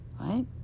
right